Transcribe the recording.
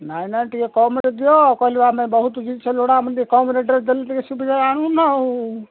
ନାଇଁ ନାଇଁ ଟିକେ କମରେ ଦିଅ କହିଲି ପା ଆମେ ବହୁତ ଜିନିଷ ଲୋଡ଼ା ଟିକିଏ କମ୍ ରେଟରେ ଦେଲେ ଟିକେଏ ସୁବିଧାରେ ଆଣିବୁନା ଆଉ